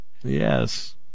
Yes